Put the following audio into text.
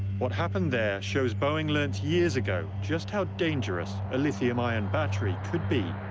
what happened there, shows boeing learnt years ago just how dangerous a lithium ion battery could be.